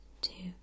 two